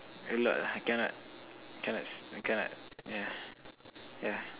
a lot ah cannot cannot cannot yeah yeah